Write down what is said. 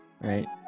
Right